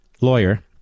lawyer